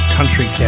Country